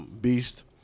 Beast